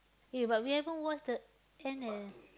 eh but we haven't watch the end eh